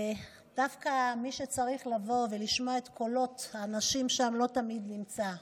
דווקא מי שצריך לבוא ולשמוע את קולות האנשים שם לא תמיד נמצא.